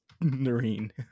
Noreen